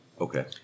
Okay